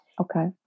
Okay